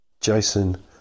jason